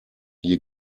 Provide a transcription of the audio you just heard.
hier